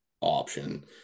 option